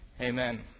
amen